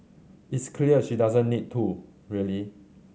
it's clear she doesn't need to really